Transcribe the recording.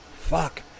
fuck